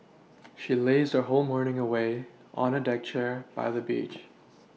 she lazed her whole morning away on a deck chair by the beach